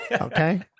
Okay